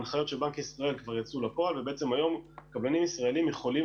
ההנחיות של בנק ישראל כבר יצאו לפועל ובעצם היום קבלנים ישראלים יכולים